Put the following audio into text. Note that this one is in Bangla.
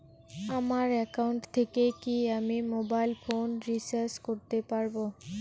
আমার একাউন্ট থেকে কি আমি মোবাইল ফোন রিসার্চ করতে পারবো?